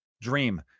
Dream